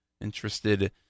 interested